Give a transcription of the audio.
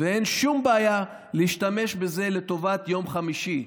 ואין שום בעיה להשתמש בזה לטובת יום חמישי.